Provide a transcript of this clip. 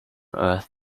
earth